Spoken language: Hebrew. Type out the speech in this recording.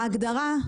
בהגדרה,